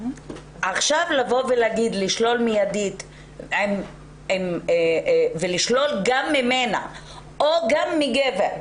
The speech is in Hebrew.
עכשיו לשלול מידית ולשלול גם ממנה או גם מגבר,